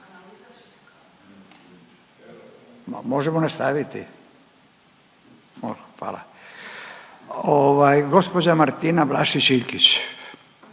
Možemo nastaviti? Hvala. Ovaj, gđa Martina Vlašić Iljkić.